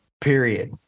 period